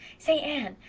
say, anne,